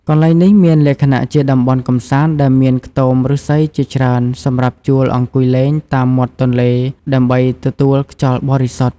កន្លែងនេះមានលក្ខណៈជាតំបន់កម្សាន្តដែលមានខ្ទមឫស្សីជាច្រើនសម្រាប់ជួលអង្គុយលេងតាមមាត់ទន្លេដើម្បីទទួលខ្យល់បរិសុទ្ធ។